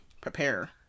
prepare